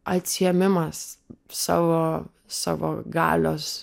atsiėmimas savo savo galios